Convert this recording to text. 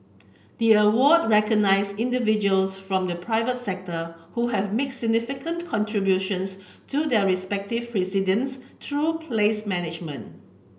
the award recognise individuals from the private sector who have mix significant contributions to their respective precincts through place management